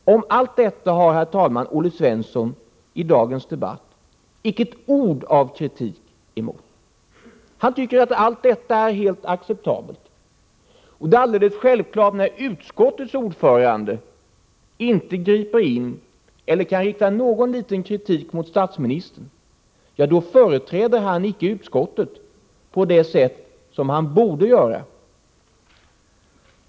Mot allt detta har, herr talman, Olle Svensson i dagens debatt icke ett ord av kritik. Han tycker att det är helt acceptabelt. När utskottets ordförande inte griper in eller kan rikta någon kritik mot statsministern är det självklart att han icke företräder utskottet på det sätt som han borde göra.